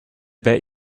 bet